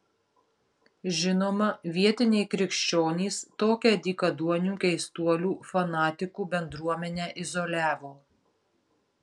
žinoma vietiniai krikščionys tokią dykaduonių keistuolių fanatikų bendruomenę izoliavo